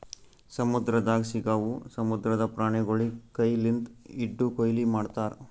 ಸಮುದ್ರದಾಗ್ ಸಿಗವು ಸಮುದ್ರದ ಪ್ರಾಣಿಗೊಳಿಗ್ ಕೈ ಲಿಂತ್ ಹಿಡ್ದು ಕೊಯ್ಲಿ ಮಾಡ್ತಾರ್